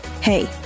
Hey